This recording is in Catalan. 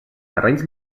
terrenys